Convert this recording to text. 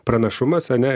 pranašumas ane